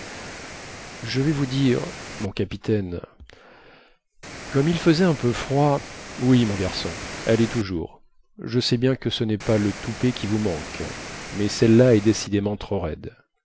je vais vous dire mon capitaine comme il faisait un peu froid oui mon garçon allez toujours je sais bien que ce nest pas le toupet qui vous manque mais celle-là est décidément trop raide